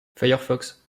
firefox